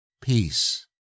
peace